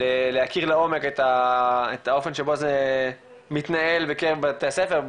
להכיר לעומק את האופן שבו זה מתנהל בבתי הספר,